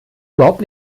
überhaupt